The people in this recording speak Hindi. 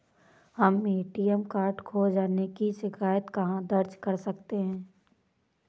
हम ए.टी.एम कार्ड खो जाने की शिकायत कहाँ दर्ज कर सकते हैं?